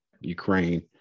Ukraine